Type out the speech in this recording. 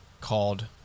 called